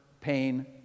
pain